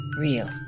real